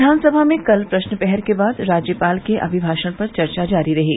विधानसभा में कल प्रश्नप्रहर के बाद राज्यपाल के अभिभाषण पर चर्चा जारी रही